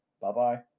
Bye-bye